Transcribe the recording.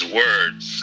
words